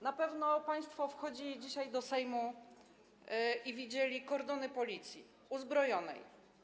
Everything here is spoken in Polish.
Na pewno państwo wchodzili dzisiaj do Sejmu i widzieli kordony policji, uzbrojonej.